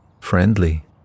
friendly